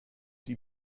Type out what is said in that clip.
die